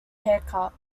haircut